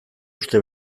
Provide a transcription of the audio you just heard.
uste